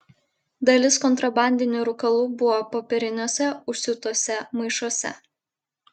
dalis kontrabandinių rūkalų buvo popieriniuose užsiūtuose maišuose